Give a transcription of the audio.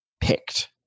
picked